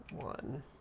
one